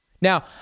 Now